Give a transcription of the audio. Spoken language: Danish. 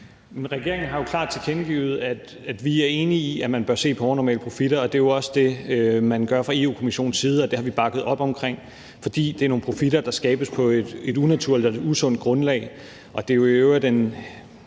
Regeringen har jo klart tilkendegivet, at vi er enige i, at man bør se på overnormale profitter, og det er jo også det, man gør fra Europa-Kommissionens side. Det har vi bakket op om, fordi det er nogle profitter, der skabes på et unaturligt eller usundt grundlag. Det er i øvrigt en